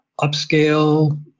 upscale